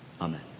Amen